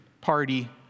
party